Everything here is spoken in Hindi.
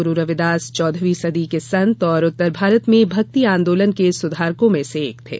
गुरु रविदास चौदहवीं सदी के संत और उत्तर भारत में भक्ति आंदोलन के सुधारकों में से एक थे